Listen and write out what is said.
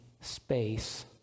space